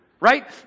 right